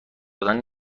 دادن